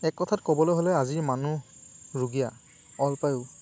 এক কথাত ক'বলৈ হ'লে আজিৰ মানুহ ৰুগীয়া অল্পায়ু